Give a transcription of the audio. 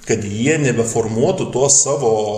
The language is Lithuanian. kad jie nebeformuotų to savo